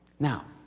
now,